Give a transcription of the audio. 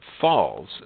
falls